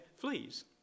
fleas